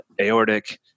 aortic